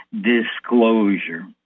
disclosure